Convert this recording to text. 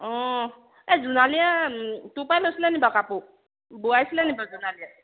অঁ এই জোনালীয়ে তোৰ পৰাই লৈছিলে নেকি বাৰু কাপোৰ বোৱাইছিলে নি বাৰু জোনালীয়ে